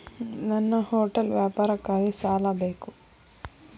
ನನ್ನ ಹೋಟೆಲ್ ವ್ಯಾಪಾರಕ್ಕಾಗಿ ಸಾಲ ಬೇಕು